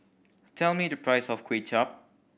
tell me the price of Kway Chap